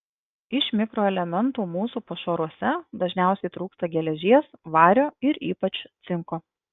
iš mikroelementų mūsų pašaruose dažniausiai trūksta geležies vario ir ypač cinko